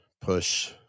push